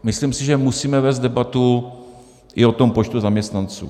Myslím si, že musíme vést debatu i o tom počtu zaměstnanců.